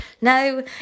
No